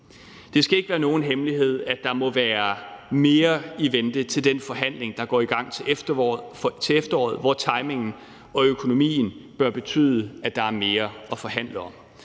Det skal ikke være nogen hemmelighed, at der må være mere i vente til den forhandling, der går i gang til efteråret, hvor timingen og økonomien bør betyde, at der er mere at forhandle om.